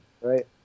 Right